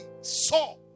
saw